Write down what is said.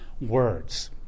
words